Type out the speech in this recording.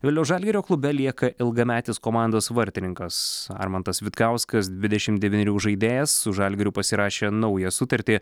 vilniaus žalgirio klube lieka ilgametis komandos vartininkas armantas vitkauskas dvidešimt devynerių žaidėjas su žalgiriu pasirašė naują sutartį